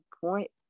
point